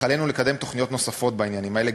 אך עלינו לקדם תוכניות נוספות בעניינים האלה,